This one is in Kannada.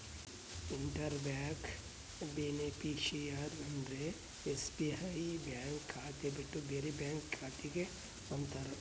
ಇಂಟರ್ ಬ್ಯಾಂಕ್ ಬೇನಿಫಿಷಿಯಾರಿ ಅಂದ್ರ ಎಸ್.ಬಿ.ಐ ಬ್ಯಾಂಕ್ ಖಾತೆ ಬಿಟ್ಟು ಬೇರೆ ಬ್ಯಾಂಕ್ ಖಾತೆ ಗೆ ಅಂತಾರ